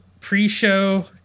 pre-show